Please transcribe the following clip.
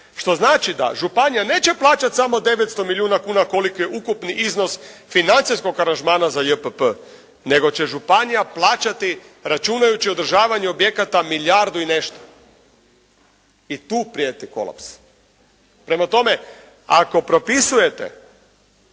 Što znači da županija neće plaćati samo 900 milijuna kuna koliki je ukupni iznos financijskog aranžmana za JPP, nego će županija plaćati računajući održavanje objekata milijardu i nešto i tu prijeti kolaps. Prema tome, ako propisujete